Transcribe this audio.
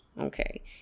Okay